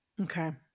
Okay